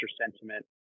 sentiment